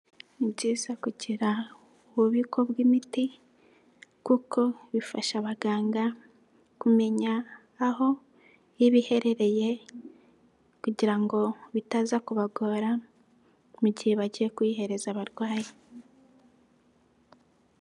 Ni byiza kugira ububiko bw'imiti kuko bifasha abaganga kumenya aho iba iherereye kugira ngo bitaza kubagora mu gihe bagiye kuyihereza abarwayi.